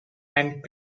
and